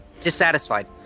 Dissatisfied